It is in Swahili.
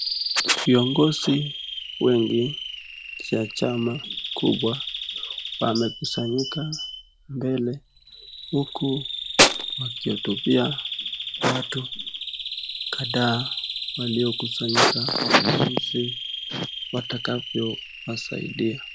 Viongozi wengi wa chama kubwa wamekusanyika mbele huku wakihutubia watu kadhaa waliokusanyika jinsi watakavyo wasaidia.